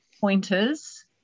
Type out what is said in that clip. pointers